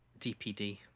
dpd